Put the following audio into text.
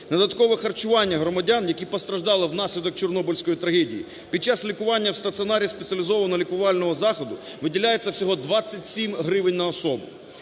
додаткове харчування громадян, які постраждали внаслідок Чорнобильської трагедії, під час лікування в стаціонарі спеціалізованого лікувального закладу виділяється всього 27 гривень на особу.